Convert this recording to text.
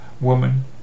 woman